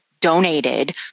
donated